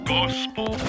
Gospel